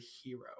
hero